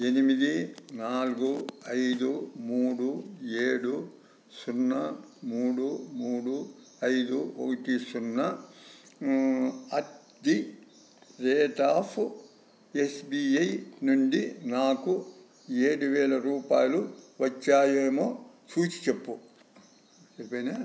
ఎనిమిది నాలుగు ఐదు మూడు ఏడు సున్నా మూడు మూడు ఐదు ఒకటి సున్నా at the rate of SBI నుండి నాకు ఏడు వేల రూపాయలు వచ్చాయేమో చూసిచెప్పు